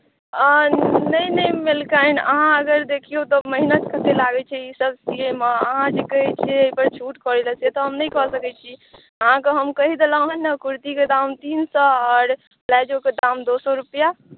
आ नहि नहि मलिकानि अहाँ अगर देखियौ तऽ मेहनत कतेक लागैत छै ईसभ सीबयमे अहाँ जे कहैत छियै छूट करय लेल से तऽ हम नहि कऽ सकैत छी अहाँकेँ हम कहि देलहुँ हेँ ने कुर्तीक दाम तीन सए आओर प्लाजोके दाम दू सए रुपैआ